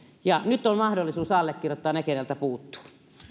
nyt on niiden mahdollisuus allekirjoittaa joilta puuttuu